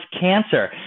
cancer